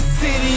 City